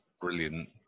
brilliant